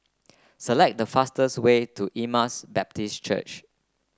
select the fastest way to Emmaus Baptist Church